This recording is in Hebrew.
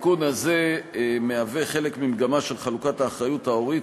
התיקון הזה מהווה חלק ממגמה של חלוקת האחריות ההורית